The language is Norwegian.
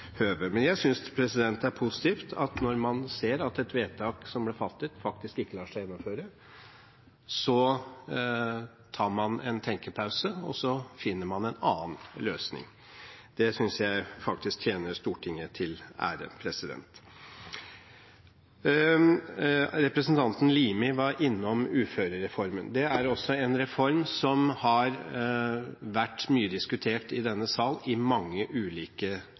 Men det får vi ta ved neste høve. Jeg synes det er positivt at man når man ser at et vedtak som ble fattet, faktisk ikke lar seg gjennomføre, tar en tenkepause og finner en annen løsning. Det synes jeg faktisk tjener Stortinget til ære. Representanten Limi var innom uførereformen. Det er også en reform som har vært mye diskutert i denne sal i mange ulike